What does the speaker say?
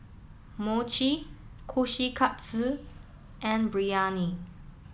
Mochi Kushikatsu and Biryani